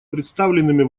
представленными